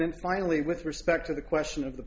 then finally with respect to the question of the